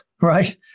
right